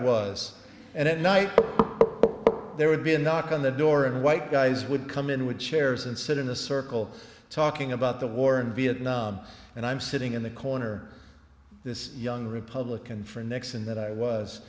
was and at night there would be a knock on the door and white guys would come in with chairs and sit in a circle talking about the war in vietnam and i'm sitting in the corner this young republican for nixon that i was